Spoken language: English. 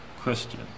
Christian